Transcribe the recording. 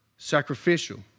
sacrificial